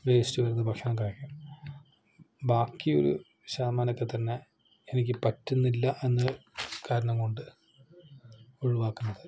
waste വരുന്ന ഭക്ഷണം കഴിക്കും ബാക്കി ഒരു ശതമാനമൊക്കെത്തന്നെ എനിക്ക് പറ്റുന്നില്ല എന്ന കാരണം കൊണ്ട് ഒഴിവാക്കുന്നത്